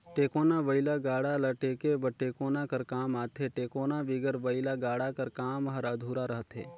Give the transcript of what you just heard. टेकोना बइला गाड़ा ल टेके बर टेकोना कर काम आथे, टेकोना बिगर बइला गाड़ा कर काम हर अधुरा रहथे